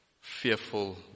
fearful